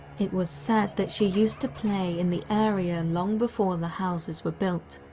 it was said that she used to play in the area, long before the houses were built,